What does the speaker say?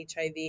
HIV